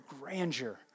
grandeur